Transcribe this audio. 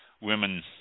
women